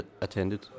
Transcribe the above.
attended